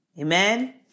Amen